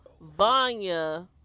Vanya